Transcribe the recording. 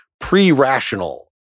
pre-rational